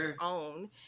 own